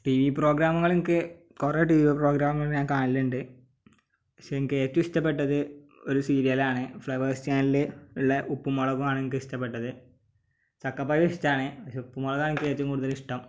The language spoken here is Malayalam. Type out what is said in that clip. ടി വി പ്രോഗ്രാമുകൾ എനിക്ക് കുറെ ടി വി പ്രോഗ്രാം ഞാൻ കാണലുണ്ട് പക്ഷേ എനിക്ക് ഏറ്റവും ഇഷ്ടപ്പെട്ടത് ഒരു സീരിയലാണ് ഫ്ലവേഴ്സ് ചാനലിലുള്ള ഉപ്പും മുളകുമാണ് എനിക്ക് ഇഷ്ടപ്പെട്ടത് ചക്കപ്പഴം ഇഷ്ടമാണ് പക്ഷേ ഉപ്പും മുളകാണ് എനിക്ക് ഏറ്റവും കൂടുതലിഷ്ടം